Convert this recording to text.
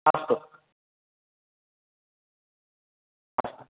अस्तु अस्तु